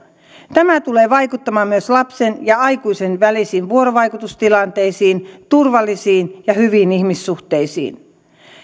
tämä tulee vaikuttamaan myös lapsen ja aikuisen välisiin vuorovaikutustilanteisiin turvallisiin ja hyviin ihmissuhteisiin